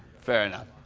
fair enough.